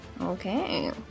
okay